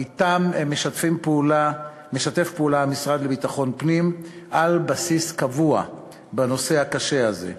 שאתם המשרד לביטחון פנים משתף פעולה על בסיס קבוע בנושא הקשה הזה.